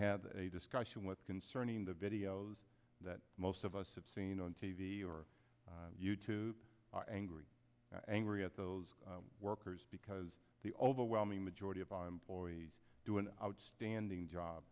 had a discussion with concerning the videos that most of us have seen on t v or you tube angry angry at those workers because the overwhelming majority of employees do an outstanding job